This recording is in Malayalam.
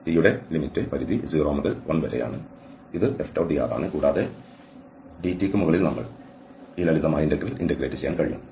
t യുടെ പരിധി 0 മുതൽ 1 വരെയാണ് ഇത് F⋅dr ആണ് കൂടാതെ dt ന് മുകളിൽ നമുക്ക് ഈ ലളിതമായ ഇന്റഗ്രൽ ഇന്റഗ്രേറ്റ് ചെയ്യാൻ കഴിയും